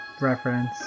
reference